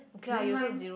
then mine